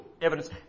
evidence